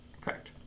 Correct